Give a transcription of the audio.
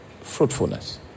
fruitfulness